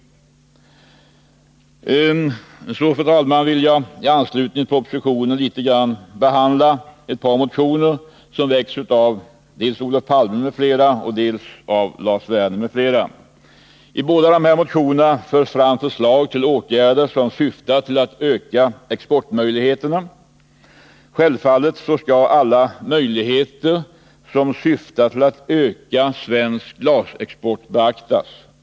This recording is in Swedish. Fru talman! Med anledning av propositionen har två motioner väckts, den ena av Olof Palme m.fl. och den andra av Lars Werner m.fl. I båda motionerna lägger man fram förslag till åtgärder som syftar till att öka exportmöjligheterna. Självfallet skall alla möjligheter som syftar till att öka svensk glasexport beaktas.